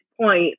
point